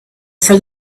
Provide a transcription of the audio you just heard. for